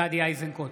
(קורא בשמות חברי הכנסת) גדי איזנקוט,